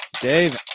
Dave